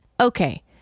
Okay